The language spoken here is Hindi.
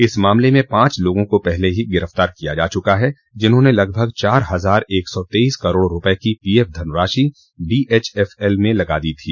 इस मामले में पाँच लोगों को पहले ही गिरफ्तार किया जा चुका है जिन्होंने लगभग चार हजार एक सौ तेईस करोड़ रूपये की पीएफ धनराशि डीएचएफएल में लगा दी थी